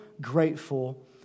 grateful